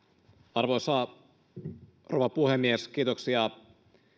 arvoisa rouva puhemies kiitoksia